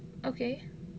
okay